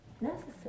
necessary